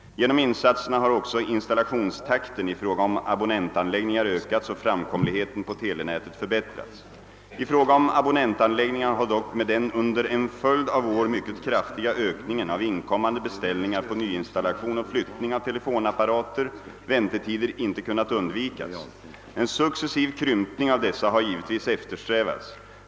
Genom insatserna har också installationstakten i fråga om abonnentanläggningar I fråga om abonnentanläggningar har dock med den under en följd av år mycket kraftiga ökningen av inkommande beställningar på nyinstallation och flyttning av telefonapparater väntetider inte kunnat undvikas. En successiv krympning av dessa har givetvis eftersträvats.